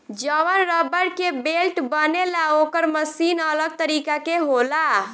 जवन रबड़ के बेल्ट बनेला ओकर मशीन अलग तरीका के होला